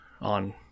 on